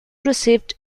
received